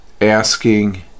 asking